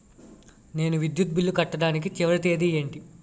నేను విద్యుత్ బిల్లు కట్టడానికి చివరి తేదీ ఏంటి?